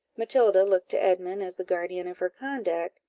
matilda looked to edmund as the guardian of her conduct,